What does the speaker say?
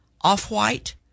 off-white